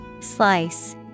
Slice